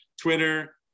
Twitter